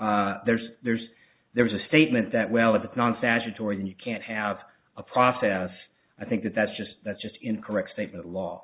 so there's there's there's a statement that well if it's non statutory then you can't have a process i think that that's just that's just incorrect statement law